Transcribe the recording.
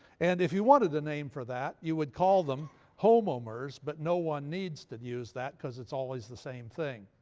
and if you wanted a name for that you would call them homomers. but no one needs to use that because it's always the same thing.